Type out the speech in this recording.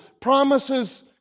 promises